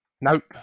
Nope